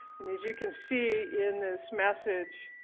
and as you can see in this message